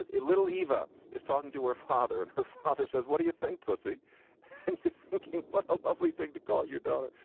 a little eeva is talking to her father and her father says, what do you think, pussy? and you're thinking, what a lovely thing to call your daughter.